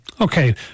Okay